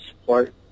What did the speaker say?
support